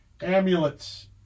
Amulets